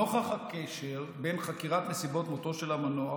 נוכח הקשר בין חקירת נסיבות מותו של המנוח,